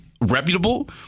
reputable